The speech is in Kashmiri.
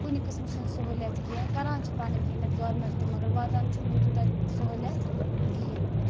کُنہِ قٕسمہٕ چھِنہٕ سہوٗلِیت کیٚنہہ کران چھِ پَنٕنۍ کِنٮ۪تھ گورمٮ۪نٛٹ تہِ مگر واتان چھُنہٕ وٕنۍ تیوٗتاہ سہوٗلِیت کِہیٖنۍ تہِ